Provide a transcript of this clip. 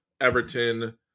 Everton